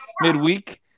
midweek